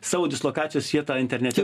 savo dislokacijos vietą internete